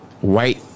white